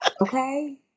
okay